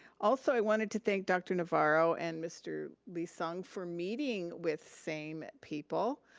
also i wanted to thank dr. navarro and mr. lee-sung for meeting with same people.